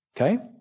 Okay